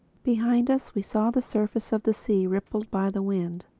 behind us we saw the surface of the sea rippled by the wind.